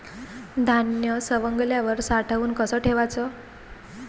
धान्य सवंगल्यावर साठवून कस ठेवाच?